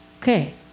Okay